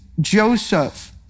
Joseph